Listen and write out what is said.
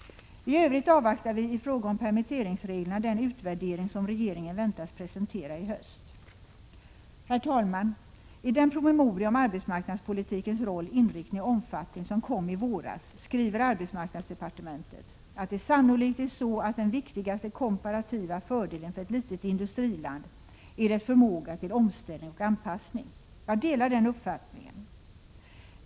I övrigt avvaktar vi i fråga om permitteringsreglerna den utvärdering som regeringen väntas presentera i höst. Herr talman! I den promemoria om arbetsmarknadspolitikens roll, inriktning och omfattning som lades fram i våras skriver arbetsmarknadsdepartementet att det sannolikt är så att den viktigaste komparativa fördelen för ett litet industriland är dess förmåga till omställning och anpassning. Jag delar den uppfattningen.